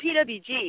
PWG